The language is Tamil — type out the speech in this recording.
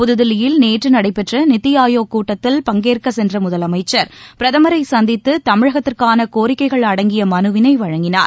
புத்தில்லியில் நேற்று நடைபெற்ற நித்தி ஆயோக் கூட்டத்தில் பங்கேற்க சென்ற முதலமைச்சர் பிரதமரைச் சந்தித்து தமிழகத்திற்கான கோரிக்கைகள் அடங்கிய மனுவினை வழங்கினார்